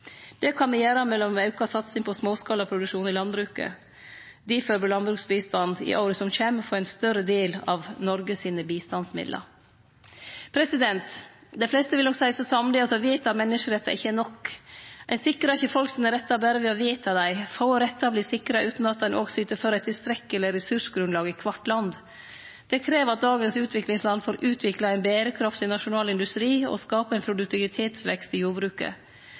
Det kan me gjere med auka satsing på småskalaproduksjon i landbruket. Difor vil landbruksbistanden i åra som kjem, få ein større del av Noregs bistandsmidlar. Dei fleste vil nok seie seg samde i at å vedta menneskerettar ikkje er nok. Ein sikrar ikkje folk sine rettar berre ved å vedta dei. Få rettar vert sikra utan at ein også syter for eit tilstrekkeleg ressursgrunnlag i kvart land. Dette krev at dagens utviklingsland får utvikla ein berekraftig nasjonal industri og skape ein produktivitetsvekst i jordbruket.